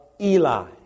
Eli